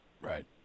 Right